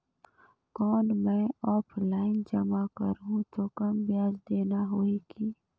कौन मैं ऑफलाइन जमा करहूं तो कम ब्याज देना होही की?